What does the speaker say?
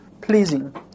pleasing